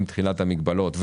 עם תחילת המגבלות,